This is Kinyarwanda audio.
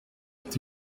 ufite